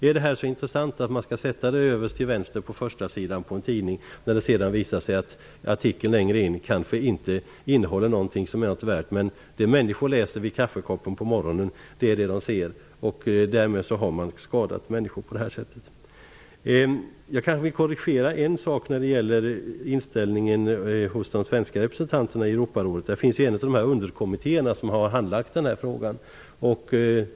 Är det så intressant att man skall sätta det överst till vänster på förstasidan på en tidning, när det sedan visar sig att artikeln längre in kanske inte innehåller någonting som är något värt? Det människor läser vid kaffekoppen på morgonen är det de ser, och därmed har man skadat människor. Jag kan korrigera en sak när det gäller inställningen hos de svenska representanterna i Europarådet. En av underkommittéerna har handlagt denna fråga.